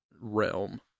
realm